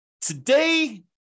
Today